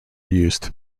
used